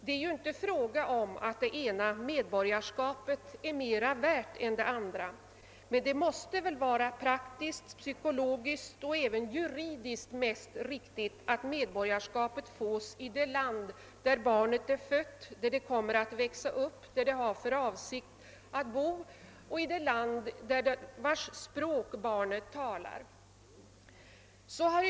Det är inte fråga om att det ena medborgarskapet är mera värt än det andra, men det måste väl vara praktiskt, psykologiskt och juridiskt mest riktigt att medborgarskap erhålles i det land, där barnet är fött, där det kommer att växa upp och där det har för avsikt att bo — i det land vars språk barnet talar.